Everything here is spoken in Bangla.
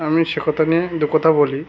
আমি সে কথা নিয়ে দু কথা বলি